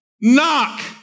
Knock